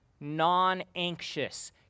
non-anxious